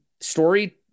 story